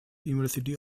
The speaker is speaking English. university